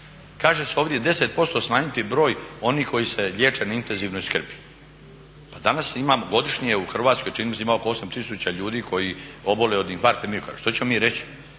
Kaže se ovdje 10% smanjiti broj onih koji se liječe na intenzivnoj skrbi. Pa danas imam godišnje u Hrvatskoj, čini mi se ima oko 8 tisuća ljudi koji obole od infarktna miokarda, što ćemo mi reći,